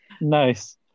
Nice